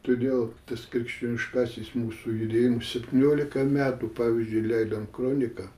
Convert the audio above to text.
todėl tas krikščioniškasis mūsų judėjimas septyniolika metų pavyzdžiui leidom kroniką